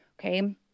Okay